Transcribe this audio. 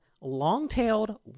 Long-Tailed